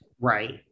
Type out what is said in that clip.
Right